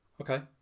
Okay